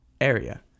area